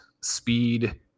speed